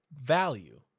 value